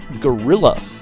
Gorilla